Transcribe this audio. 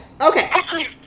Okay